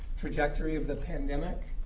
trajectory of the pandemic,